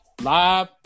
Live